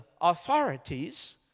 authorities